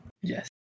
Yes